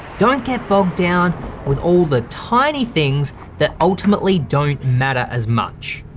don't get bogged down with all the tiny things that ultimately don't matter as much.